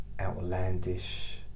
outlandish